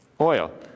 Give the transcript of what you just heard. Oil